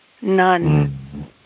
None